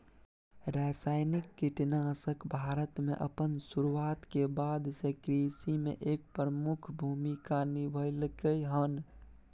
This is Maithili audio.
रासायनिक कीटनाशक भारत में अपन शुरुआत के बाद से कृषि में एक प्रमुख भूमिका निभलकय हन